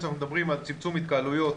אנחנו מדברים על צמצום התקהלויות